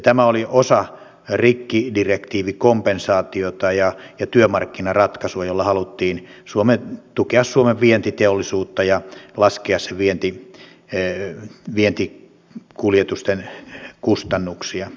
tämä oli osa rikkidirektiivikompensaatiota ja työmarkkinaratkaisua joilla haluttiin tukea suomen vientiteollisuutta ja laskea sen vientikuljetusten kustannuksia